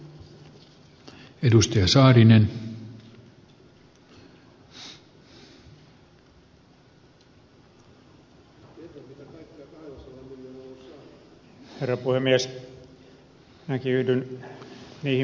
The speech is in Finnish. arvoisa herra puhemies